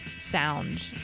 sound